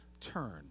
turn